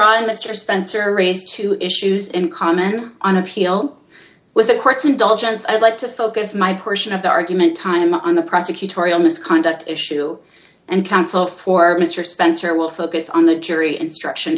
on mr spencer raised two issues in comment on appeal was the courts indulgence i'd like to focus my portion of the argument time on the prosecutorial misconduct issue and counsel for mr spencer will focus on the jury instruction